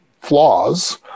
flaws